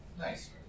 Nice